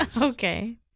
Okay